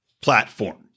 platform